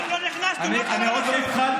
עוד לא נכנסנו, "מה קרה לכם?" אני עוד לא התחלתי.